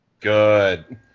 Good